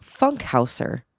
Funkhauser